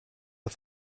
auf